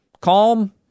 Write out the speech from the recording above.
calm